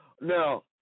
Now